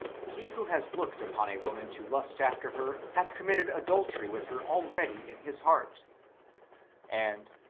he who has looked upon a woman to lust after her, hath committed adultery with her already in his heart and,